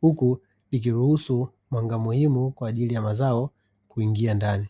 huku ikiruhusu wanga muhimu kwa ajili ya mazao kuingia ndani.